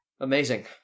Amazing